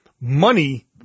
money